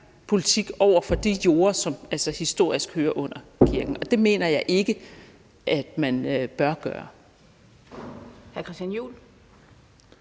politik over for de jorder, som historisk hører under kirken, og det mener jeg ikke at man bør gøre.